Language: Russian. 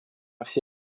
все